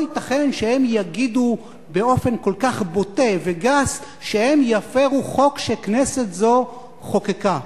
לא ייתכן שהם יגידו באופן כל כך בוטה וגס שהם יפירו חוק שכנסת זו חוקקה.